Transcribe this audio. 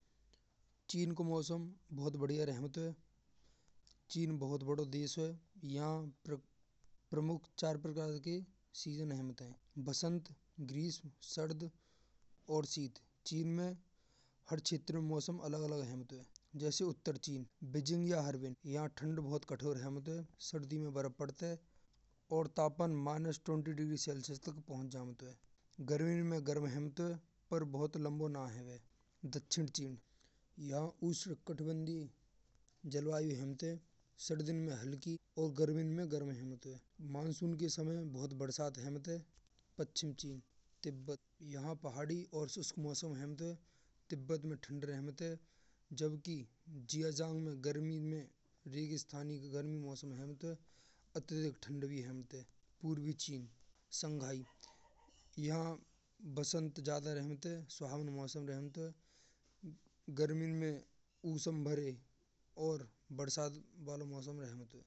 चीन को मौसम बहुत भदिया रहॅवत है। और चीन बहुत बड़ा देश है। यहाँ प्रमुख चार प्रकार के सेशन हेमत है। वसंत, गीसम, श्राद और शीत। चीन में हर क्षेत्र में मौसम अलग अलग होत है। जैसे उत्तर चीन, बीजिंग या हार्विन। यहाँ ठंड बहुत कठोर हेवत है। सर्दी में बर्फ पड़ते हैं। और तापमान शून्य के बीस डिग्री सेल्सियस तक पहुँच जातों है। गर्मी में गरम रहॅवत है। पर बहुत लम्बो ना हेवे। दक्षिण चीन: यहाँ ऊष्ण कटिबंधीया जलवायु हेमत है। सर्दी में हल्की वा गरमी में गरम हेवत है। मानसून के समय बहुत बरसात हेवत है। पश्चिम चीन: तिब्बत: यहाँ पहाड़ी और शुष्क मौसम हेवत है। तिब्बत में ठंड रहॅवत है। जबकि जियान्जार में गरमी में रेगिस्तान गरमी मौसम होत है। तथा ठंड भी हेवत है। पूर्वी चीन, शंघाई: यहाँ वसंत ज्यादा रहॅवत है। सुवाहना मौसम रहॅवत है। गरमी में ऊष्ण भरे और बरसात वाला मौसम रहॅवत है।